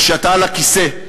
זה שאתה על הכיסא.